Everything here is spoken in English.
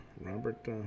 Robert